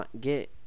get